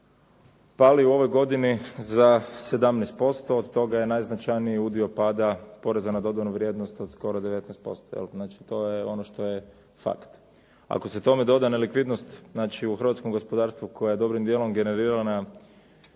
pali u ovoj godini za 17%, od toga je najznačajniji udio pada poreza na dodanu vrijednost od skoro 19%. Znači, to je ono što je fakt. Ako se tome doda nelikvidnost znači u hrvatskom gospodarstvu koja je dobrim dijelom generirala